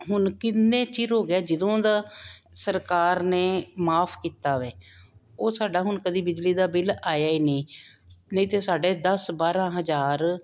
ਹੁਣ ਕਿੰਨੇ ਚਿਰ ਹੋ ਗਏ ਜਦੋਂ ਦਾ ਸਰਕਾਰ ਨੇ ਮਾਫ ਕੀਤਾ ਵੇ ਉਹ ਸਾਡਾ ਹੁਣ ਕਦੀ ਬਿਜਲੀ ਦਾ ਬਿੱਲ ਆਇਆ ਹੀ ਨਹੀਂ ਨਹੀਂ ਤਾਂ ਸਾਡੇ ਦਸ ਬਾਰ੍ਹਾਂ ਹਜ਼ਾਰ